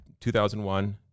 2001